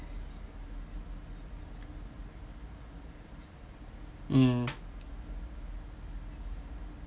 mm